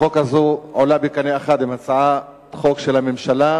החוק הזאת עולה בקנה אחד עם הצעת חוק של הממשלה,